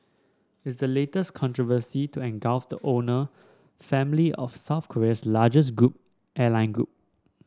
is the latest controversy to engulf the owner family of South Korea's largest group airline group